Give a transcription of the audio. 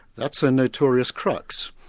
that's a notorious crux.